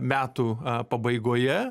metų pabaigoje